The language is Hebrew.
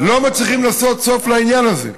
לא מצליחים לשים סוף לעניין הזה.